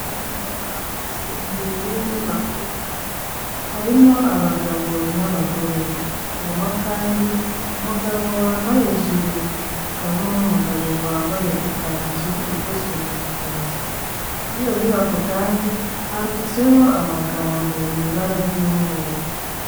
Abantu bahagaze imbere y'inyubako, harimo abagabo n'abagore, harimo kandi umugabo wambaye ijire, hakabamo n'umugabo wambaye ikanzu idozwe mu gitenge, kuri iyo nyubako kandi handitseho amagambo mu ibara ry'umweru.